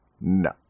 no